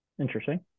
interesting